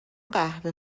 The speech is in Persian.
قهوه